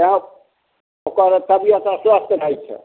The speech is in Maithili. तब ओकर तबियत अस्वस्थ रहैत छै